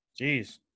Jeez